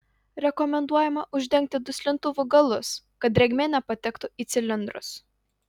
rekomenduojama uždengti duslintuvų galus kad drėgmė nepatektų į cilindrus